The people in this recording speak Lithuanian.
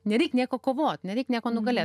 nereik nieko kovot nereik nieko nugalėt